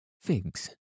figs